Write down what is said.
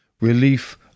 Relief